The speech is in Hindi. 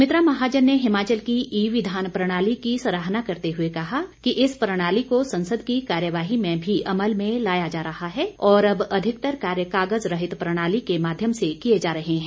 सुमित्रा महाजन ने हिमाचल की ईं विधान प्रणाली की सराहना करते हुए कहा कि इस प्रणाली को संसद की कार्यवाही में भी अमल में लाया जा रहा है और अब अधिकतर कार्य कागजरहित प्रणाली के माध्यम से किए जा रहे हैं